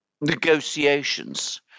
negotiations